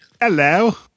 Hello